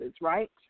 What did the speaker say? right